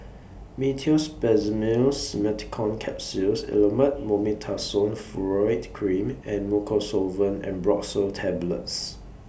Meteospasmyl Simeticone Capsules Elomet Mometasone Furoate Cream and Mucosolvan Ambroxol Tablets